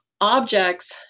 objects